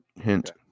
hint